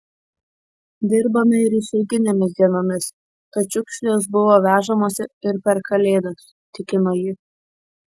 dirbame ir išeiginėmis dienomis tad šiukšlės buvo vežamos ir per kalėdas tikino ji